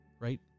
Right